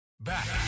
Back